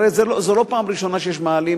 הרי זה לא פעם ראשונה שיש מאהלים,